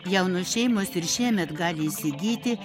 jaunos šeimos ir šiemet gali įsigyti